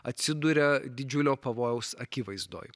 atsiduria didžiulio pavojaus akivaizdoj